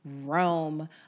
Rome